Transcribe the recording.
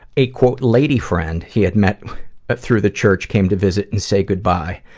a lady friend he had met but through the church came to visit and say goodbye.